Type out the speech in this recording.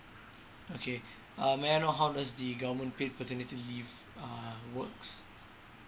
okay uh may I know how does the government paid paternity leave uh works